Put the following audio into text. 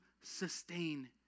sustain